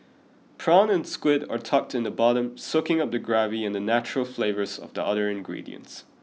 prawn and squid are tucked in the bottom soaking up the gravy and the natural flavours of the other ingredients